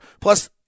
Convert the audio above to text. plus